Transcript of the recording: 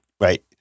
right